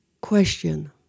Question